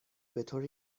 بطور